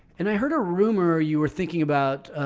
and i heard a rumor you were thinking about,